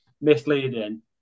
misleading